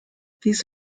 these